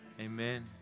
amen